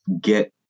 get